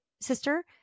sister